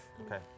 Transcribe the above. Okay